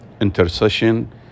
intercession